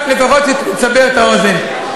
רק לפחות לסבר את האוזן.